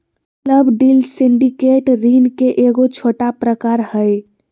club deal syndicate ऋण के एगो छोटा प्रकार हय